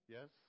Yes